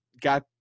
got